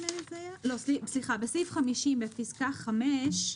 בפסקה (5),